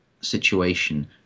situation